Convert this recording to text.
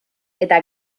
eta